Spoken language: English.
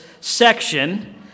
section